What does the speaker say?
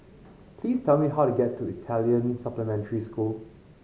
please tell me how to get to Italian Supplementary School